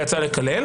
ויצא מקלל.